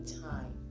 time